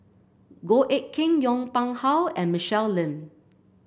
Goh Eck Kheng Yong Pung How and Michelle Lim